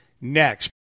next